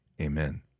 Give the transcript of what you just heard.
amen